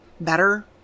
better